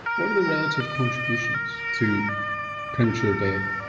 what are the relative contributions to premature death?